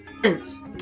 Prince